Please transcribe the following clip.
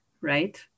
right